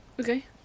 Okay